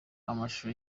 amashusho